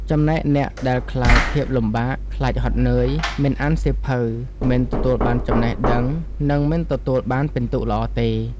ចំណែកអ្នកដែលខ្លាចភាពលំបាក ខ្លាចហត់នើយ មិនអានសៀវភៅ មិនទទួលបានចំណេះដឹងនឹងមិនទទួលបានពិន្ទុល្អទេ។